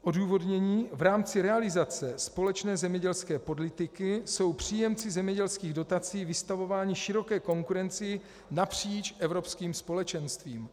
Odůvodnění: V rámci realizace společné zemědělské politiky jsou příjemci zemědělských dotací vystavováni široké konkurenci napříč evropským společenstvím.